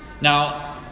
Now